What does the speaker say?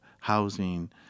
housing